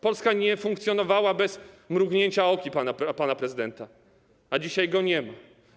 Polska nie funkcjonowała bez mrugnięcia okiem pana prezydenta, a dzisiaj go nie ma.